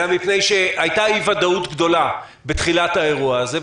אלא מפני שהייתה אי-ודאות גדולה בתחילת האירוע הזה.